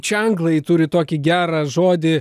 čia anglai turi tokį gerą žodį